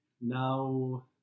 Now